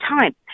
time